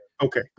Okay